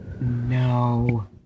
No